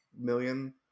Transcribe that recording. million